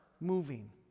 moving